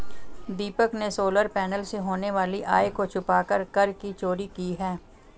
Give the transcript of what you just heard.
दीपक ने solar panel से होने वाली आय को छुपाकर कर की चोरी की है